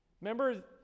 Remember